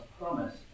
promise